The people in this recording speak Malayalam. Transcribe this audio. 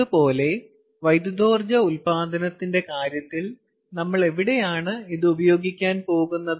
അതുപോലെ വൈദ്യുതോർജ്ജ ഉൽപാദനത്തിന്റെ കാര്യത്തിൽ നമ്മൾ എവിടെയാണ് ഇത് ഉപയോഗിക്കാൻ പോകുന്നത്